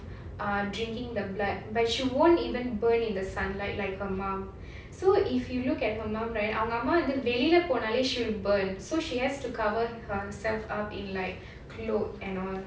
err drinking the blood but she won't even burn in the sunlight like her mom so if you look at her mum right அவங்க அம்மா வந்து வெளியே போனாலே:avanga amma vandhu veliyae ponnaalae she'll burn so she has to cover herself up in like clothes and all